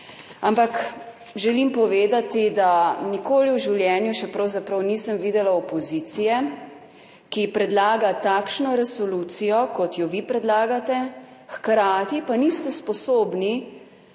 ampak želim povedati, da nikoli v življenju še pravzaprav nisem videla opozicije, ki predlaga takšno resolucijo kot jo vi predlagate, hkrati pa niste sposobni